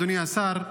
אדוני השר,